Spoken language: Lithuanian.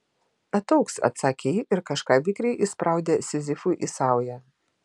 ataugs atsakė ji ir kažką vikriai įspraudė sizifui į saują